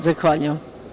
Zahvaljujem.